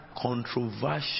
controversial